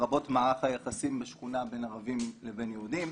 לרבות מערך היחסים בשכונה בין ערבים לבין יהודים.